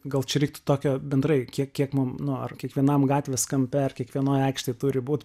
gal čia reiktų tokio bendrai kiek kiek mum nu ar kiekvienam gatvės kampe ar kiekvienoj aikštėj turi būt